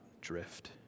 drift